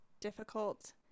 difficult